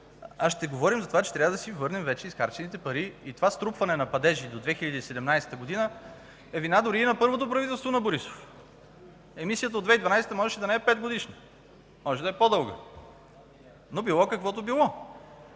за 18 милиарда и че трябва да си върнем похарчените пари. Това струпване на падежи до 2017 г. е вина дори и на първото правителство на Борисов. Емисията от 2012 г. можеше да не е 5-годишна, можеше да е по-дълга. Но, било, каквото било.